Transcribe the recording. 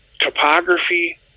topography